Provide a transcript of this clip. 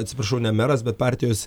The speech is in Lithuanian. atsiprašau ne meras bet partijos